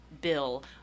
bill